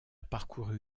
parcouru